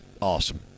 awesome